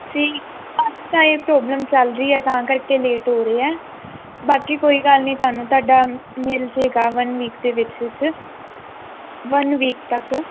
ਜੀ time problem ਚੱਲ ਰਹੀ ਹ ਤਾਂ ਕਰਕੇ ਲੇਟ ਹੋ ਰਹੇ ਬਾਕੀ ਕੋਈ ਗੱਲ ਨਹੀਂ ਸਾਨੂੰ ਤੁਹਾਡਾ ਮਿਲਜੇਗਾ ਆਹ ਵੰਨ ਵੀਕ ਦੇ ਵਿੱਚ ਵਿੱਚ ਵੰਨ ਵੀਕ ਤੱਕ